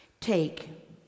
Take